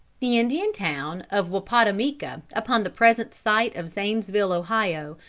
the indian town of wappatomica, upon the present site of zanesville, ohio,